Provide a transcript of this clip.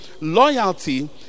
loyalty